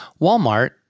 Walmart